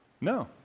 No